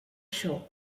show